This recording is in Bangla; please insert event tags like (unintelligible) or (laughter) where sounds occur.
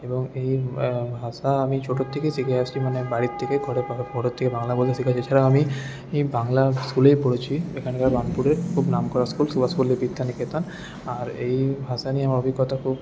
এবং এই ভাষা আমি ছোটো থেকে শিখে আসছি মানে বাড়ির থেকে (unintelligible) বাংলা (unintelligible) এছাড়াও আমি বাংলা স্কুলেই পড়েছি এখানকার বার্নপুরের খুব নামকরা স্কুল সুভাষপল্লী বিদ্যা নিকেতন আর এই ভাষা নিয়ে আমার অভিজ্ঞতা খুব